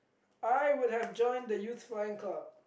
I would have joined the youth flying club